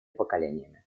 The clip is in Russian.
поколениями